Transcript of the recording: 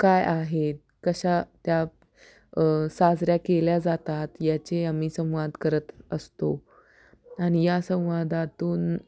काय आहेत कशा त्या साजऱ्या केल्या जातात याचे आम्ही संवाद करत असतो आणि या संवादातून